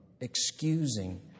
excusing